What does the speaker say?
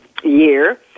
year